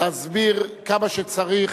להסביר כמה שצריך